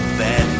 bad